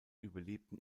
überlebten